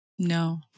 No